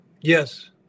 Yes